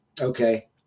Okay